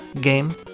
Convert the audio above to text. game